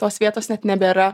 tos vietos net nebėra